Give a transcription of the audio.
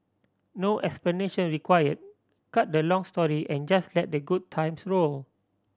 no explanation required cut the long story and just let the good times roll